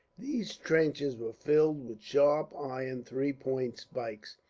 these trenches were filled with sharp iron three-pointed spikes,